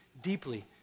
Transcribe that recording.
deeply